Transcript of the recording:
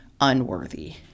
unworthy